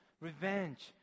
revenge